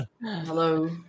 Hello